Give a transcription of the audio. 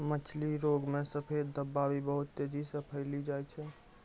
मछली रोग मे सफेद धब्बा भी बहुत तेजी से फैली जाय छै